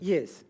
Yes